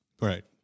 Right